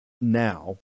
now